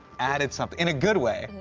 added something, in a good way.